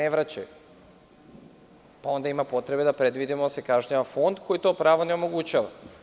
Onda ima potrebe da predvidimo da se kažnjava Fond koji to pravo ne omogućava.